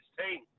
team